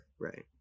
Right